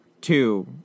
two